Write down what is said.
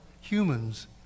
humans